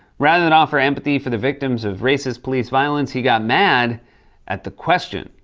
rather than offer empathy for the victims of racist police violence, he got mad at the question.